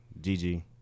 GG